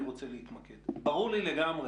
ברור לי לגמרי